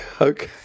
Okay